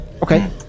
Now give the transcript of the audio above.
Okay